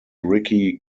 ricky